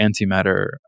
antimatter